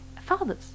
fathers